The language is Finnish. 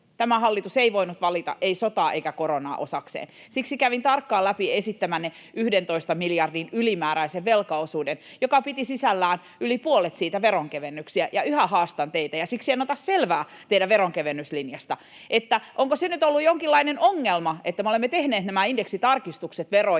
tämä hallitus ei voinut valita sotaa eikä koronaa osakseen. Siksi kävin tarkkaan läpi esittämänne 11 miljardin ylimääräisen velkaosuuden, joka piti sisällään yli puolet siitä veronkevennyksiä. Ja yhä haastan teitä, ja siksi en ota selvää teidän veronkevennyslinjasta, onko se nyt ollut jonkinlainen ongelma, [Timo Heinonen: No ei tietenkään!] että me olemme tehneet nämä indeksitarkistukset veroihin